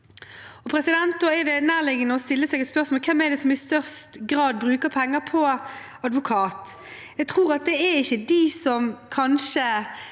Hvem er det som i størst grad bruker penger på advokat? Jeg tror ikke det er de